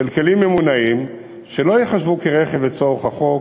של כלים ממונעים שלא ייחשבו כ"רכב" לצורך החוק,